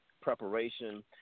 preparation